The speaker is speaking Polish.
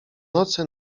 nocy